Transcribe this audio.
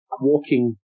walking